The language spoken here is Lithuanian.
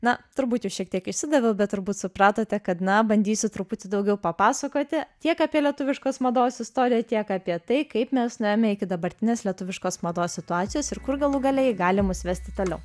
na turbūt jau šiek tiek išsidaviau bet turbūt supratote kad na bandysiu truputį daugiau papasakoti tiek apie lietuviškos mados istoriją tiek apie tai kaip mes nuėjome iki dabartinės lietuviškos mados situacijos ir kur galų gale ji gali mus vesti toliau